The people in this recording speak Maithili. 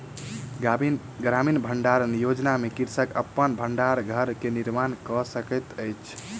ग्रामीण भण्डारण योजना में कृषक अपन भण्डार घर के निर्माण कय सकैत अछि